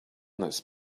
this